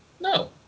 No